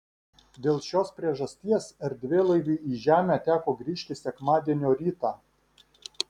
dėl šios priežasties erdvėlaiviui į žemę teko grįžti sekmadienio rytą